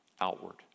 outward